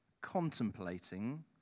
contemplating